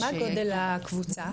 מה גודל הקבוצה?